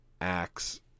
acts